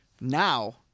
now